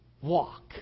walk